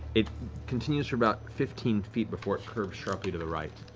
it continues for about fifteen feet before it curves sharply to the right.